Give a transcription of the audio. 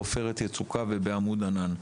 בעופרת יצוקה ובעמוד ענן.